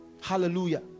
Hallelujah